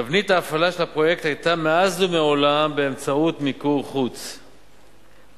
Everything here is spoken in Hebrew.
תבנית ההפעלה של הפרויקט היתה מאז ומעולם באמצעות מיקור חוץ מלא.